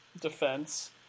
defense